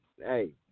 Hey